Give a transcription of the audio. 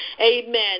amen